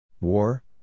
War